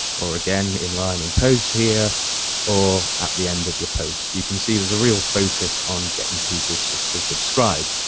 again in line in post here or at the end of the post. you can see there's a real focus on getting people so to subscribe.